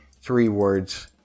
three-words